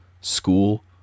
school